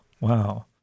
Wow